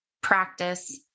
practice